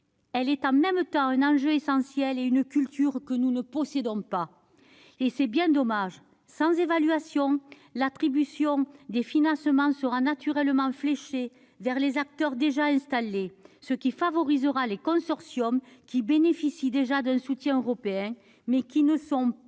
Elle est en même temps un enjeu essentiel et une culture que nous ne possédons pas, ce qui est bien dommage. Sans évaluation, l'attribution des financements sera naturellement fléchée vers les acteurs déjà installés, favorisant les consortiums qui bénéficient déjà d'un soutien européen. Ces derniers ne sont